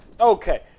Okay